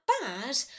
bad